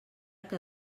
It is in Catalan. que